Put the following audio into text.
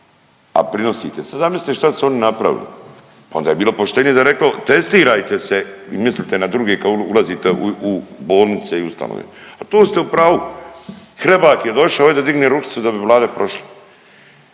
a prinosite. Sada mislite šta su oni napravili, pa onda bi bilo poštenije da je reklo testirajte se i mislite na druge kad ulazite u bolnice i ustanove. A to ste u pravu, Hrebak je došo ovdje da digne ručicu da bi Vlada prošla.